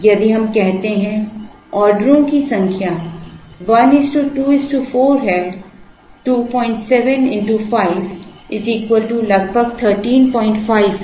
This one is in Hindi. यदि हम कहते हैं कि ऑर्डरों की संख्या लगभग 1 2 4 है 27 x 5 लगभग 135 है